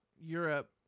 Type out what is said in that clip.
Europe